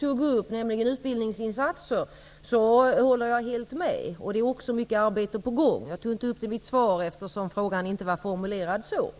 tog upp, nämligen utbildningsinsatser. Jag håller där helt med vad hon sade. Det är också mycket arbete på gång. Jag tog inte upp det i mitt svar eftersom frågan inte var formulerad så.